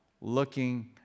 looking